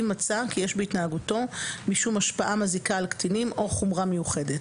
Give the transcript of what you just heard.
אם מצא כי יש בהתנהגותו משום השפעה מזיקה על קטינים או חומרה מיוחדת.